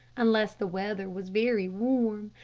unless the weather was very warm,